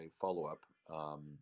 follow-up